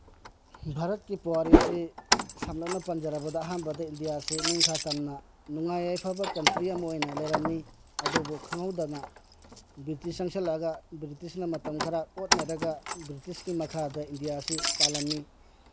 ꯚꯥꯔꯠꯀꯤ ꯄꯨꯋꯥꯔꯤ ꯑꯁꯤ ꯁꯝꯂꯞꯅ ꯄꯟꯖꯔꯕꯗ ꯑꯍꯥꯟꯕꯗ ꯏꯟꯗꯤꯌꯥꯁꯤ ꯅꯤꯡꯈꯥ ꯇꯝꯅ ꯅꯨꯡꯉꯥꯏ ꯌꯥꯏꯐꯕ ꯀꯟꯇ꯭ꯔꯤ ꯑꯃ ꯑꯣꯏꯅ ꯂꯩꯔꯝꯃꯤ ꯑꯗꯨꯕꯨ ꯈꯪꯍꯧꯗꯅ ꯕ꯭ꯔꯤꯇꯤꯁ ꯆꯪꯁꯤꯜꯂꯛꯑꯒ ꯕ꯭ꯔꯤꯇꯤꯁꯅ ꯃꯇꯝ ꯈꯔ ꯑꯣꯠ ꯅꯩꯔꯒ ꯕ꯭ꯔꯤꯇꯤꯁꯀꯤ ꯃꯈꯥꯗ ꯏꯟꯗꯤꯌꯥꯁꯤ ꯄꯥꯜꯂꯝꯃꯤ